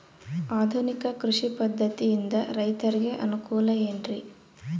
ಆಧುನಿಕ ಕೃಷಿ ಪದ್ಧತಿಯಿಂದ ರೈತರಿಗೆ ಅನುಕೂಲ ಏನ್ರಿ?